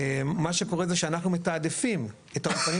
מה שקורה זה שאנחנו מתעדפים את האולפנים